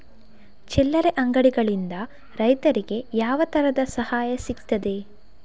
ಚಿಲ್ಲರೆ ಅಂಗಡಿಗಳಿಂದ ರೈತರಿಗೆ ಯಾವ ತರದ ಸಹಾಯ ಸಿಗ್ತದೆ?